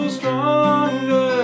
stronger